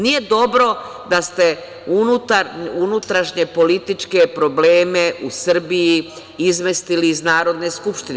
Nije dobro da ste unutrašnje političke probleme u Srbiji izmestili iz Narodne skupštine.